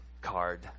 card